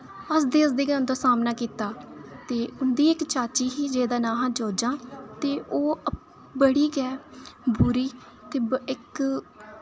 हसदे हसदे गै उं'दा सामना कीता ते उं'दी इक चाची ही जेह्दा नां हा जोजां ते ओह् अप बड़ी गै बुरी ते ब इक